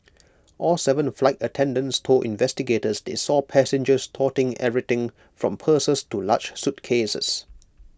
all Seven flight attendants told investigators they saw passengers toting everything from purses to large suitcases